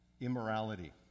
immorality